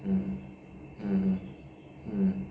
mm mm mm